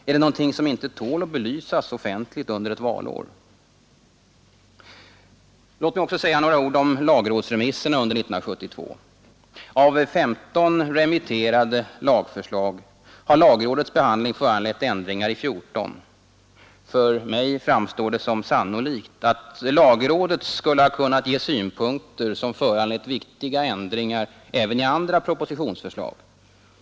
Är det något som inte tål att belysas offentligt under ett valår? Låt mig också säga några ord om lagrådsremisserna under 1972. Av 15 remitterade lagförslag har lagrådets behandling föranlett ändringar i 14. För mig framstår det som sannolikt att lagrådet skulle ha kunnat ge synpunkter som föranlett viktiga ändringar även i andra propositionsförslag.